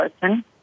person